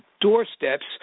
doorsteps